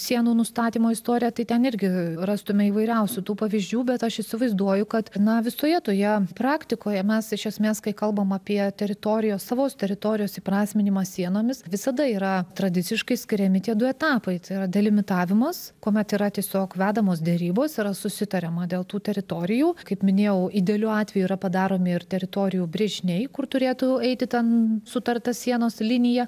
sienų nustatymo istoriją tai ten irgi rastume įvairiausių tų pavyzdžių bet aš įsivaizduoju kad na visoje toje praktikoje mes iš esmės kai kalbam apie teritorijos savos teritorijos įprasminimą sienomis visada yra tradiciškai skiriami tie du etapai tai yra delimitavimas kuomet yra tiesiog vedamos derybos yra susitariama dėl tų teritorijų kaip minėjau idealiu atveju yra padaromi ir teritorijų brėžiniai kur turėtų eiti ten sutarta sienos linija